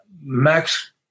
Max